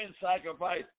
sacrifice